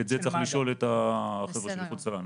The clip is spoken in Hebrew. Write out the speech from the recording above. את זה צריך לשאול את החבר'ה של איחוד הצלה.